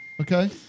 okay